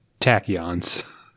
Tachyons